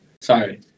Sorry